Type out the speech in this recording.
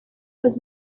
was